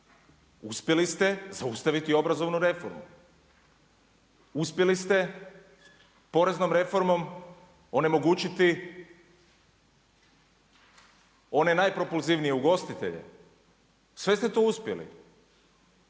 uspjeli ste zaustaviti obrazovnu reformu, uspjeli ste poreznom reformom onemogućiti one najpropulzivnije ugostitelje, sve ste to uspjeli.